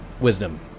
Wisdom